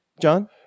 John